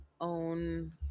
own